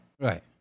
Right